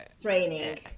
training